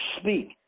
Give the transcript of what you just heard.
speak